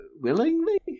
willingly